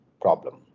problem